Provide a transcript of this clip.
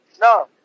No